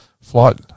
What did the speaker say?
flight